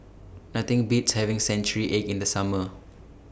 Nothing Beats having Century Egg in The Summer